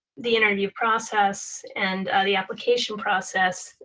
the interview process and the application process,